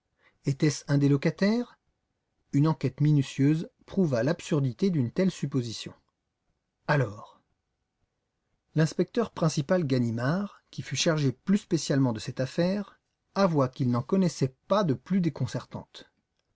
était-ce un des locataires une enquête minutieuse prouva l'absurdité d'une telle supposition alors l'inspecteur principal ganimard qui fut chargé plus spécialement de cette affaire avoua qu'il n'en connaissait pas de plus déconcertante